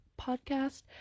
podcast